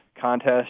contest